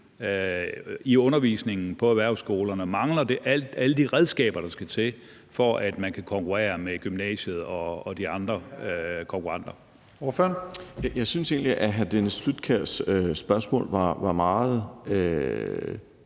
i undervisningen på erhvervsskolerne og mangler alle de redskaber, der skal til, for, at man kan konkurrere med gymnasiet og de andre konkurrenter. Kl. 09:19 Første næstformand